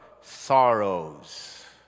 sorrows